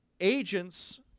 agents